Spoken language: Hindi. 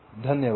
धन्यवाद